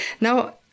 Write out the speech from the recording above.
now